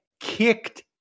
kicked